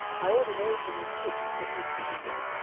my ordination was fixed for easter week.